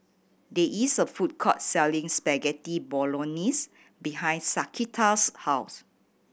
there is a food court selling Spaghetti Bolognese behind Shaquita's house